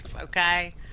okay